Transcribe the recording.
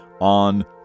on